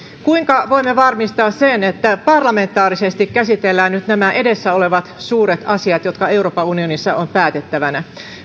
kuinka voimme varmistaa sen että parlamentaarisesti käsitellään nyt nämä edessä olevat suuret asiat jotka euroopan unionissa ovat päätettävänä